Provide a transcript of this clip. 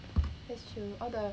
that's true all the